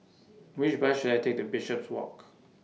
Which Bus should I Take to Bishopswalk